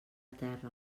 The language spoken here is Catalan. terra